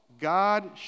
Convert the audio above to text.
God